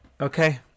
okay